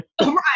right